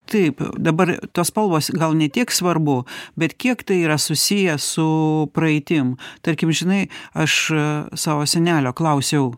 taip dabar tos spalvos gal ne tiek svarbu bet kiek tai yra susiję su praeitim tarkim žinai aš savo senelio klausiau